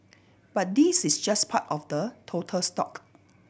but this is just part of the total stock